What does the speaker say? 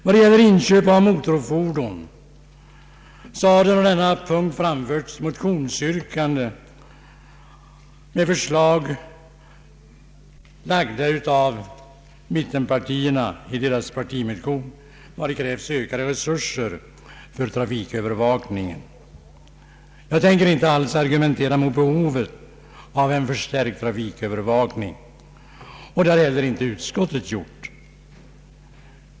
Vad gäller inköp av motorfordon har mitienpartierna framfört ett motionsyrkande om ökade resurser för trafikövervakningen. Jag tänker inte alls argumentera mot behovet av förstärkt trafikövervakning, och det har inte heller utskottet gjort.